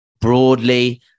Broadly